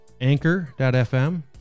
anchor.fm